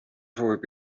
soovib